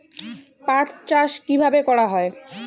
পাট চাষ কীভাবে করা হয়?